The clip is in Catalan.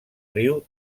riu